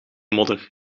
modder